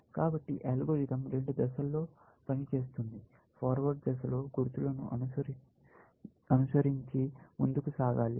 కాబట్టి అల్గోరిథం రెండు దశల్లో పనిచేస్తుంది ఫార్వర్డ్ దశలో గుర్తులను అనుసరించి ముందుకు సాగాలి